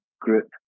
group